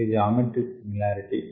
ఇది geometric similarity